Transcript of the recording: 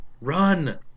Run